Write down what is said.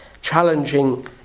challenging